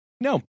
no